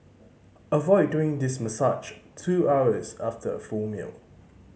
avoid doing this massage two hours after a full meal